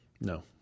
No